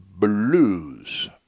Blues